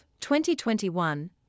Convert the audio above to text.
2021